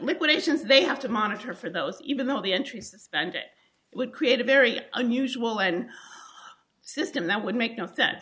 liquidations they have to monitor for those even though the entries suspend it would create a very unusual and system that would make no